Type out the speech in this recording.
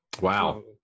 Wow